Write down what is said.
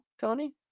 Tony